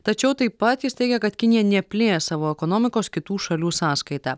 tačiau taip pat jis teigė kad kinija neplės savo ekonomikos kitų šalių sąskaita